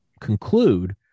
conclude